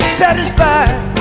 satisfied